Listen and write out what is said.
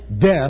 death